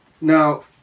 Now